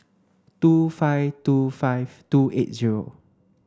two five two five two eight zero